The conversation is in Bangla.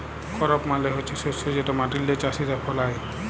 করপ মালে হছে শস্য যেট মাটিল্লে চাষীরা ফলায়